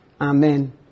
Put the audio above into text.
Amen